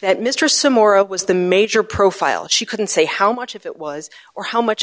that mr some more of was the major profile she couldn't say how much of it was or how much